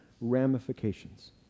ramifications